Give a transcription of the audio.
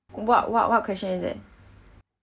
what what what question is it